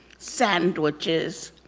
sandwiches.